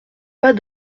pas